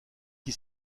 qui